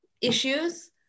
issues